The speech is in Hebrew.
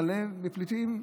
מלא בפליטים,